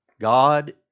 God